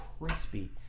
crispy